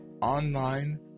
online